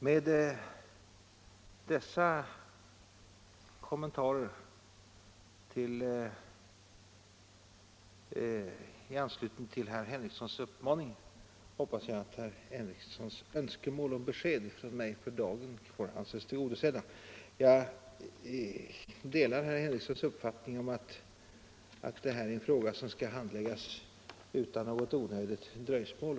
Med dessa kommentarer i anslutning till herr Henriksons uppmaning hoppas jag att herr Henriksons önskemål om besked från mig för dagen 251 kan anses tillgodosedda. Jag delar herr Henriksons uppfattning att det här är en fråga som skall handläggas utan onödigt dröjsmål.